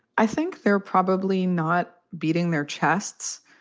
i think they're probably not beating their chests.